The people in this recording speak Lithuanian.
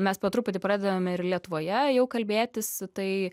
mes po truputį pradedam ir lietuvoje jau kalbėtis tai